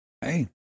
Hey